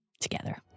together